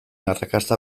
arrakasta